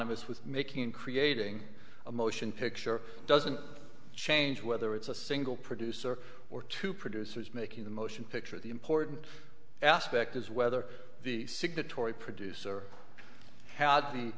synonymous with making creating a motion picture doesn't change whether it's a single producer or two producers making the motion picture the important aspect is whether the signatory producer had the